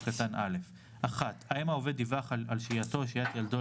קטן (א) (1)האם העובד דיווח על שהייתו או שהיית ילדו,